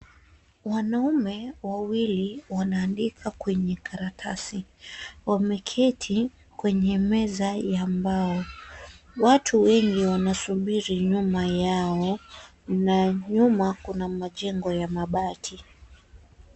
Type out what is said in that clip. Wanaume wawili wanaandika kwenye karatasi. Wameketi kwenye meza ya mbao. Watu wengi wanasubiri nyuma yaona nyuma kuna majengo ya mabati.